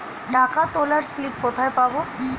টাকা তোলার স্লিপ কোথায় পাব?